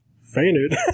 fainted